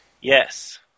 Yes